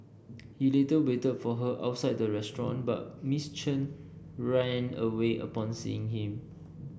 he later waited for her outside the restaurant but Miss Chen ran away upon seeing him